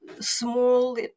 small